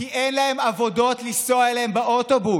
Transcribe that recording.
כי אין להם עבודות לנסוע אליהן באוטובוס.